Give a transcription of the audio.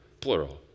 plural